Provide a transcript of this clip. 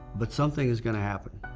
but something is going to happen.